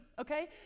Okay